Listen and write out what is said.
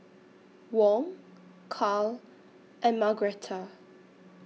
Wong Carl and Margretta